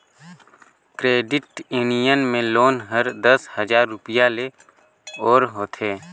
credit union में loan हर दस हजार रूपिया ले ओर होथे